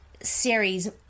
series